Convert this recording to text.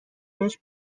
بهش